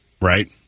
right